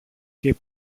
και